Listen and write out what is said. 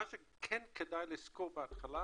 מה שכן כדאי לזכור בהתחלה,